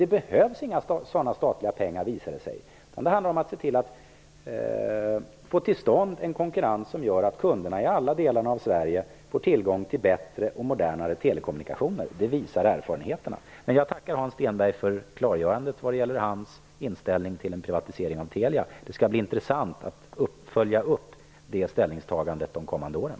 Det behövs inte heller statliga pengar, visar det sig, utan det handlar om att få till stånd en konkurrens som gör att kunderna i alla delar av Sverige får tillgång till bättre och modernare telekommunikationer. Det visar erfarenheterna. Jag tackar alltså Hans Stenberg för klargörandet vad gäller hans inställning till en privatisering av Telia. Det skall bli intressant att följa upp det ställningstagandet de kommande åren.